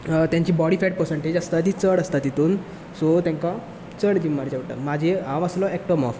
तेंची body fat percentage आसता ती चड आसता सो तेंका चड जीम मारचें पडटा म्हाजें हांव आशिल्लो एक्टोमोर्फ